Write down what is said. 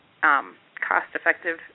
cost-effective